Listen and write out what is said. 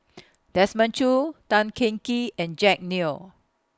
Desmond Choo Tan Cheng Kee and Jack Neo